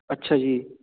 ਅੱਛਾ ਜੀ